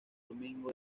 domingo